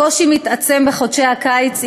הקושי מתעצם בחודשי הקיץ,